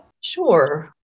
Sure